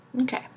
Okay